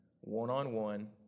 one-on-one